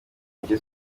muke